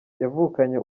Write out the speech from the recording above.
yavukanye